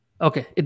Okay